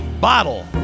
bottle